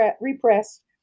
repressed